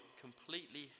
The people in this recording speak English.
completely